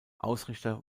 ausrichter